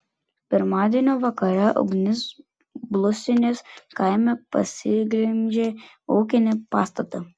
pirmadienio vakare ugnis blusinės kaime pasiglemžė ūkinį pastatą